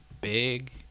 Big